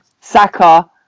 Saka